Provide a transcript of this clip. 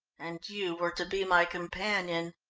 and you were to be my companion.